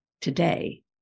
today